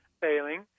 failing